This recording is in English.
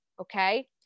Okay